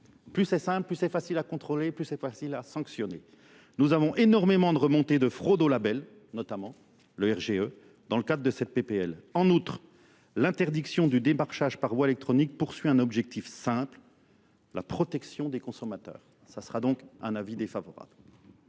Plus c'est simple, plus c'est facile à contrôler, plus c'est facile à sanctionner. Nous avons énormément de remontées de fraudolabels, notamment le RGE, dans le cadre de cette PPL. En outre, l'interdiction du débarchage par voie électronique poursuit un objectif simple, la protection des consommateurs. Ça sera donc un avis défavorable.